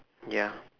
ya